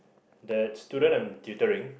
that student I'm tutoring